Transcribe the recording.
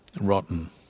rotten